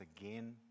again